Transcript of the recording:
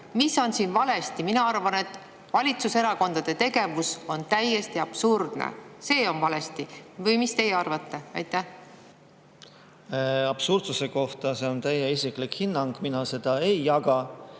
mis on siin valesti? Mina arvan, et valitsuserakondade tegevus on täiesti absurdne. See on valesti. Või mis teie arvate? Absurdsuse kohta: see on teie isiklik hinnang, mina seda ei jaga.